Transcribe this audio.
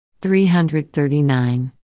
339